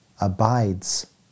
abides